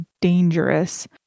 dangerous